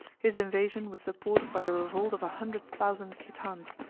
his invasion was supported by the revolt of a hundred thousand khitans,